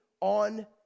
on